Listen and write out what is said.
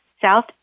South